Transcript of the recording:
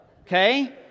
okay